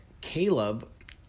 Caleb